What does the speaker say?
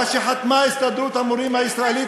מה שחתמה הסתדרות המורים הישראלית,